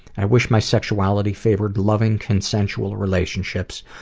i wished my sexuality favored loving, consensual relationships,